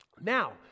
Now